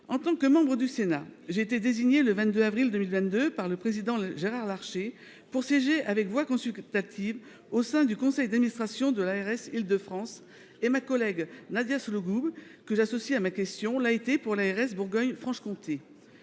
En tant que membre du Sénat, j'ai été désignée le 22 avril 2022 par le président Gérard Larcher pour siéger, avec voix consultative, au sein du conseil d'administration de l'ARS Île-de-France. Ma collègue Nadia Sollogoub, que j'associe à ma question, l'a été pour l'ARS Bourgogne-Franche-Comté.